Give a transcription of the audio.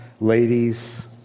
ladies